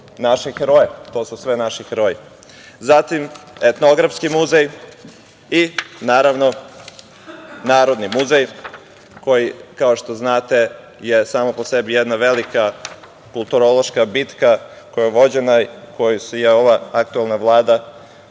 naše heroje. To su sve naši heroji. Zatim, Etnografski muzej i naravno, Narodni muzej, koji kao što znate je sama po sebi jedna velika kulturološka bitka koja je vođena i koju je ova aktuelna Vlada